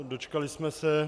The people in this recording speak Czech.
Dočkali jsme se.